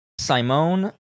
Simone